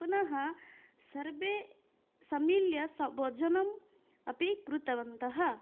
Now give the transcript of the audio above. पुनः सर्वे सम्मिल्य स भोजनम् अपि कृतवन्तः